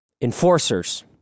enforcers